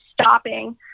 stopping